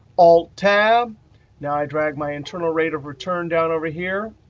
alt-tab, now i drag my internal rate of return down over here.